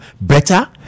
better